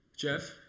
Jeff